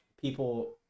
people